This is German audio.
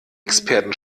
experten